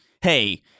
Hey